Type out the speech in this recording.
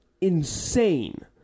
insane